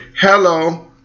hello